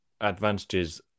advantages